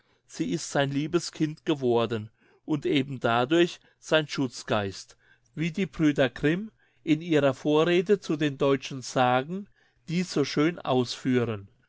sie ist sein liebes kind geworden und eben dadurch sein schutzgeist wie die brüder grimm in ihrer vorrede zu den deutschen sagen dies so schön ausführen